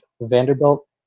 Vanderbilt